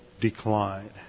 decline